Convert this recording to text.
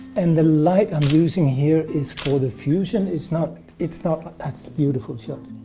and the light i'm using here is for the fusion, it's not it's not that's a beautiful shot.